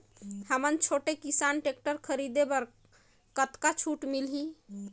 हमन छोटे किसान टेक्टर खरीदे बर कतका छूट मिलही?